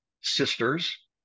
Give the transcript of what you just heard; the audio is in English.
sister's